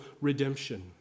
redemption